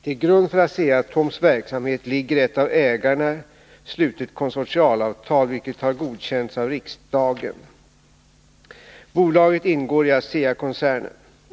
Till grund för Asea-Atoms verksamhet ligger ett av ägarna slutet konsortialavtal vilket har godkänts av riksdagen . Bolaget ingår i ASEA koncernen.